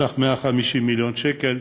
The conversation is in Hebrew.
בסך 150 מיליון שקל,